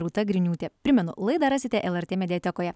rūta griniūtė primena laidą rasite lrt mediatekoje